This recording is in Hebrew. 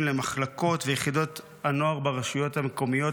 למחלקות ויחידות הנוער ברשויות המקומיות.